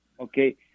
Okay